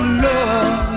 love